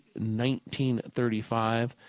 1935